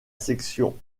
section